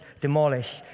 demolish